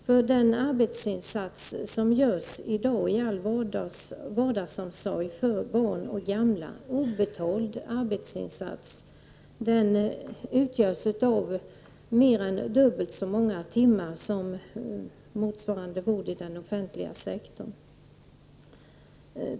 Den obetalda arbetsinsats som görs i dag i all vardagsomsorg av barn och gamla utgörs av mer än dubbelt så många timmar som motsvarande vård i den offentliga sektorn.